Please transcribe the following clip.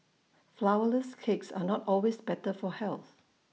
Flourless Cakes are not always better for health